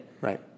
right